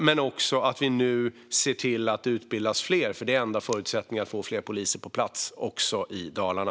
Vi ser nu också till att det utbildas fler, för det är den enda förutsättningen för att man ska få fler poliser på plats också i Dalarna.